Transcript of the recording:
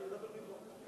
אני אדבר מפה.